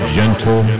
gentle